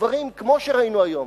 דברים כמו שראינו היום,